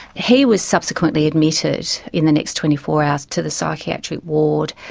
he was subsequently admitted in the next twenty four hours to the psychiatric ward,